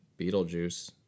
Beetlejuice